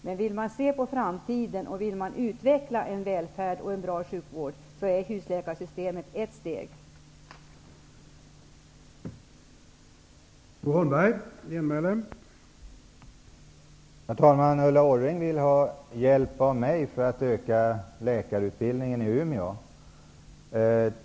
Men om man för framtiden vill utveckla en välfärd och en bra sjukvård, är husläkarsystemet ett steg på vägen.